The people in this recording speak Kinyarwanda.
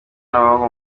n’abahungu